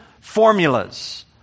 formulas